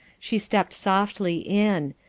she stepped softly in,